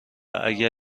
اگر